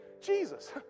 Jesus